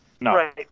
No